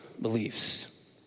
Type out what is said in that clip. beliefs